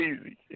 easy